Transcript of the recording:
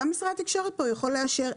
גם משרד התקשורת פה יכול לאשר,